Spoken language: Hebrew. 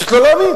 פשוט לא להאמין.